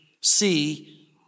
see